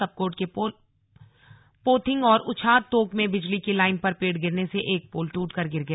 कपकोट के पोथिंग और उछात तोक में बिजली की लाइन पर पेड़ गिरने से एक पोल ट्रटकर गिर गया